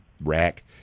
rack